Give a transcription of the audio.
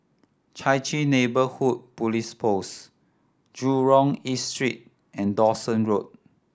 Chai Chee Neighbourhood Police Post Jurong East Street and Dawson Road